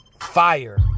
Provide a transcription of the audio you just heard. fire